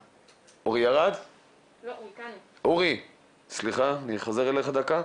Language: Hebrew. אורי, סליחה, אני חוזר אליך דקה.